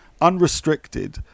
unrestricted